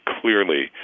clearly